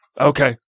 Okay